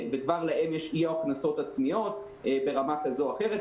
ולהם יהיו הכנסות עצמיות ברמה כזו או אחרת.